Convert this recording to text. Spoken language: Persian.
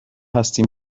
هستیم